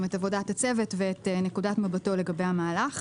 את עבודת הצוות ואת נקודת מבטו לגבי המהלך.